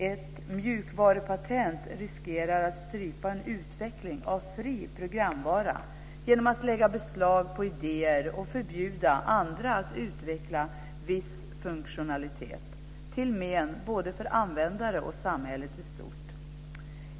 Ett mjukvarupatent riskerar att strypa en utveckling av fri programvara genom att lägga beslag på idéer och förbjuda andra att utveckla viss funktionalitet till men både för användare och samhället i stort.